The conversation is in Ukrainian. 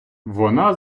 вона